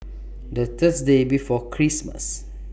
The Thursday before Christmas